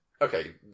Okay